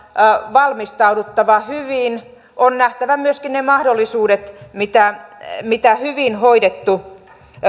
valmistauduttava hyvin on nähtävä myöskin ne mahdollisuudet mitä mitä hyvin hoidettu